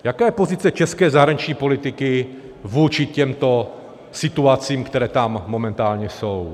Jaká je pozice české zahraniční politiky vůči těmto situacím, které tam momentálně jsou?